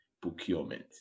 procurement